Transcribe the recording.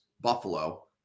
Buffalo